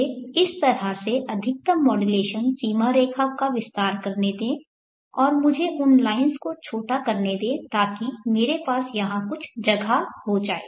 मुझे इस तरह से अधिकतम मॉड्यूलेशन सीमा रेखा का विस्तार करने दें और मुझे उन लाइन्स को छोटा करने दें ताकि मेरे पास यहां कुछ जगह हो जाए